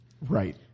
Right